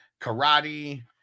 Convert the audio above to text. karate